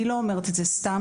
אני לא אומרת זה סתם,